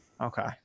Okay